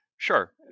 Sure